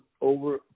over